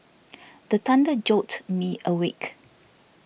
the thunder jolt me awake